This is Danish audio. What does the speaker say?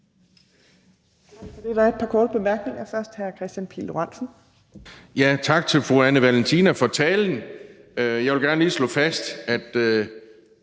Tak til fru Anne Valentina Berthelsen for talen. Jeg vil gerne lige slå fast, at